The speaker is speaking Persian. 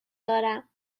دارم